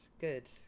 good